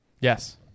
Yes